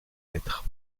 lettres